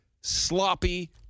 sloppy